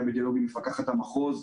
היה בדיאלוג עם מפקחת המחוז,